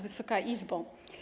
Wysoka Izbo!